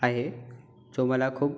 आहे जो मला खूप